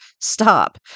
stop